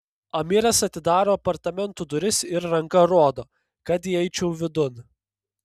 amiras atidaro apartamentų duris ir ranka rodo kad įeičiau vidun